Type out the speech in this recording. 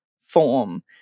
form